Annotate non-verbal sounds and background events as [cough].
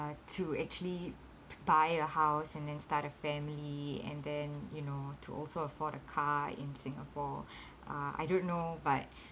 to actually buy a house and then start a family and then you know to also afford a car in singapore [breath] uh I don't know but